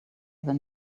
than